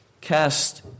cast